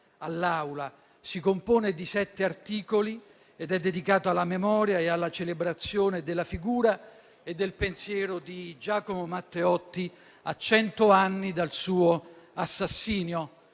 si compone di sette articoli ed è dedicato alla memoria e alla celebrazione della figura e del pensiero di Giacomo Matteotti, a cento anni dal suo assassinio.